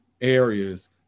areas